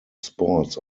sports